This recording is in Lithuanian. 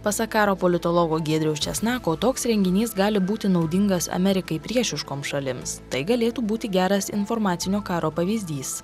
pasak karo politologo giedriaus česnako toks renginys gali būti naudingas amerikai priešiškoms šalims tai galėtų būti geras informacinio karo pavyzdys